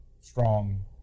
strong